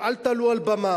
או: אל תעלו על במה,